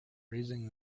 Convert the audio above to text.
raising